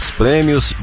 prêmios